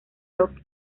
rock